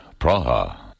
Praha